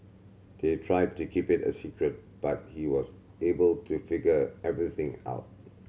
they tried to keep it a secret but he was able to figure everything out